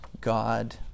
God